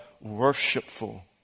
worshipful